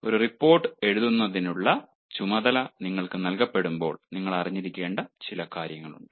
ഒരു റിപ്പോർട്ട് എഴുതുന്നതിനുള്ള ചുമതല നിങ്ങൾക്ക് നൽകപ്പെടുമ്പോൾ നിങ്ങൾ അറിഞ്ഞിരിക്കേണ്ട ചില കാര്യങ്ങളുണ്ട്